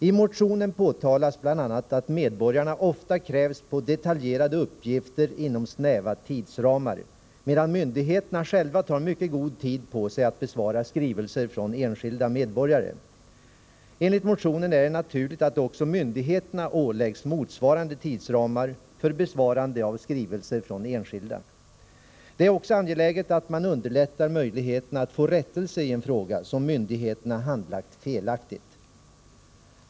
I motionen påtalas bl.a. att medborgarna ofta krävs på detaljerade uppgifter inom snäva tidsramar, medan myndigheterna själva tar mycket god tid på sig att besvara skrivelser från enskilda medborgare. Enligt motionen är det naturligt att också myndigheterna åläggs motsvarande tidsramar för besvarande av skrivelser från enskilda. Det är också angeläget att man förbättrar möjligheterna att få rättelse i en fråga som myndigheterna handlagt felaktigt.